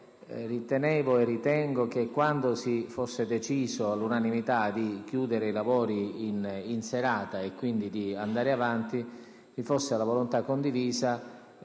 ritenevo e ritengo che quando si fosse deciso all'unanimità di chiudere i lavori in serata, e quindi di andare avanti, vi fosse la volontà condivisa